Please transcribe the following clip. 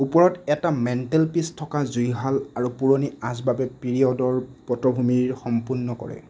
ওপৰত এটা mantel piece থকা জুইশাল আৰু পুৰণি আচবাবে পিৰিয়ডৰ পটভূমিৰ সম্পূৰ্ণ কৰে